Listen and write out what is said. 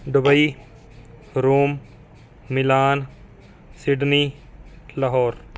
Dubai Rome Milan Sydney Lahore